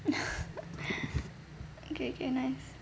okay okay nice